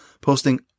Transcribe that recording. posting